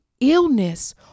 illness